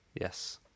Yes